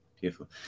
Beautiful